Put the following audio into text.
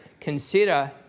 consider